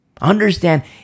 Understand